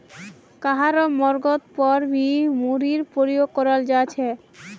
कहारो मर्गत पर भी मूरीर प्रयोग कराल जा छे